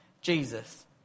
Jesus